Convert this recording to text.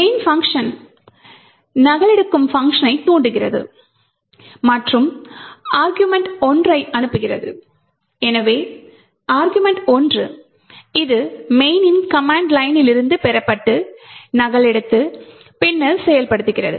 main function நகலெடுக்கும் பங்க்ஷனைத் தூண்டுகிறது மற்றும் அர்க்குமெண்ட் 1 ஐ அனுப்புகிறது எனவே argv1 இது main னின் கமாண்ட் லைனிலிருந்து பெறப்பட்டு நகலெடுத்து பின்னர் செயல்படுத்துகிறது